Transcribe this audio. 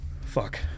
fuck